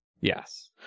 Yes